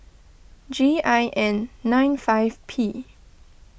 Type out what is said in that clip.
G I N nine five P